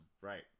Right